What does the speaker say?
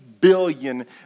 billion